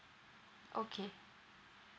okay